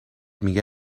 میگه